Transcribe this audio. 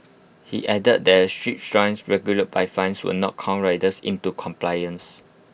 he added that strict stance regulated by fines will not cow riders into compliance